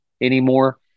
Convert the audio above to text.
anymore